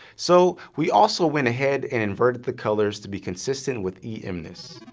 so, we also went ahead and inverted the colors to be consistent with emnist.